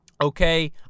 okay